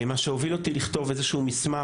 מה שהוביל אותי לכתוב מסמך,